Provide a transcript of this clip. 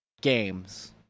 Games